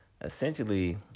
essentially